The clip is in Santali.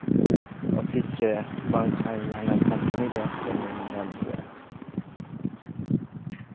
ᱚᱯᱷᱤᱥ ᱨᱮ ᱵᱟᱝ ᱠᱷᱟᱱ ᱡᱟᱦᱟᱱᱟᱜ ᱵᱟᱝᱠᱷᱟᱱ ᱡᱟᱦᱟᱱᱟᱜ ᱠᱳᱢᱯᱟᱱᱤ ᱨᱮ ᱠᱟᱹᱢᱤ ᱧᱟᱢ ᱫᱟᱲᱮᱭᱟᱜᱼᱟ